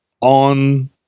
on